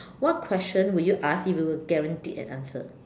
what question will you ask if you were guaranteed an answer